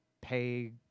pay